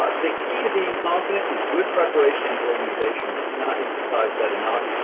ah the key to being confident is good preparation and organization. we cannot emphasize that enough.